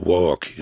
Walk